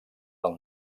del